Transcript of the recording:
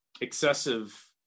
excessive